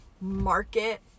market